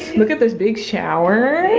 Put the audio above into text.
look at this big shower.